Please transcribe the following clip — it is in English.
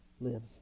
lives